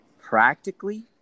practically